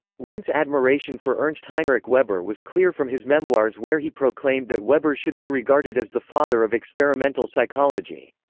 wundt's admiration for ernst heinrich weber was clear from his memoirs where he proclaimed that weber should be regarded as the father of experimental psychology.